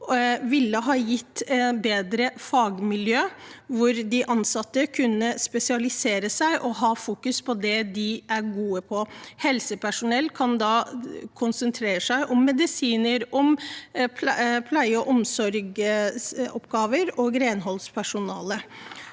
vil gi et bedre fagmiljø hvor de ansatte kan spesialisere seg og fokusere på det de er gode på. Helsepersonell kan da konsentrere seg om medisiner, pleie og omsorgsoppgaver. Det er